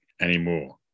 anymore